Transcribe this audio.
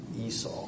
Esau